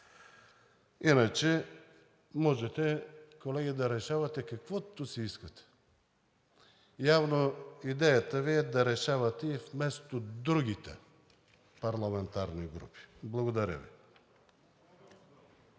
Иначе можете, колеги, да решавате каквото си искате. Явно идеята Ви е да решавате и вместо другите парламентарни групи. Благодаря Ви.